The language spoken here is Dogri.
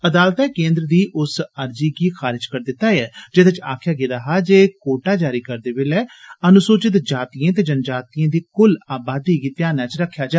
अदालतै केन्द्र दी उस अर्जी गी खारज करी दिता जेदे च आक्खेआ गेदा हा जे कोटा जारी करदे बेल्लै अनुसूचित जातिए ते जनजातिए दी कुल अबादी गी ध्यानै च रक्खेआ जा